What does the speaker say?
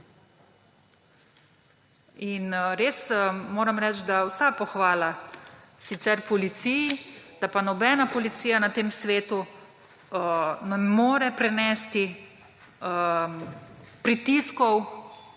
Res moram reči, vsa pohvala sicer policiji, da pa nobena policija na tem svetu ne more prenesti pritiskov